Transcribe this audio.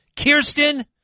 Kirsten